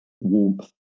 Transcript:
warmth